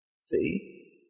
See